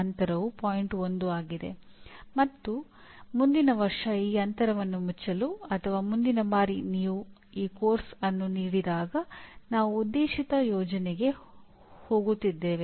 ಪಠ್ಯಕ್ರಮದಿಂದ ತಿಳಿಸಲ್ಪಟ್ಟ ಪಿಒ10 ಅನ್ನು ಪರಿಚಯಿಸುತ್ತೇವೆ